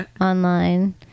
online